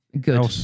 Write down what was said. good